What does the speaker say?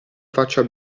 faccia